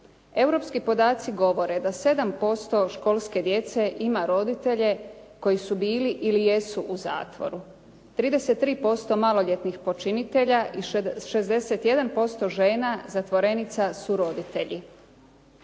Europski podaci govore da 7% školske djece ima roditelje koji su bili ili jesu u zatvoru. 33% maloljetnih počinitelja i 61% žena zatvorenica su roditelji